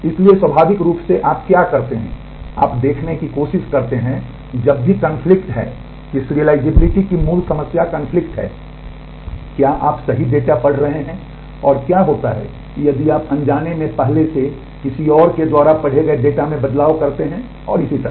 इसलिए स्वाभाविक रूप से आप क्या करते हैं आप देखने की कोशिश करते हैं जब भी कन्फ्लिक्ट हैं कि सीरियलाइज़िबिलिटी की मूल समस्या कन्फ्लिक्ट है क्या आप सही डेटा पढ़ रहे हैं और क्या होता है यदि आप अनजाने में पहले से किसी और के द्वारा पढ़े गए डेटा में बदलाव करते हैं और इसी तरह